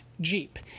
Jeep